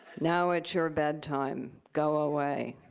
now it's your bedtime. go away.